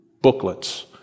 booklets